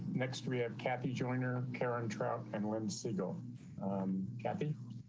next we have kathy joiner karen trout and limbs single um kathy.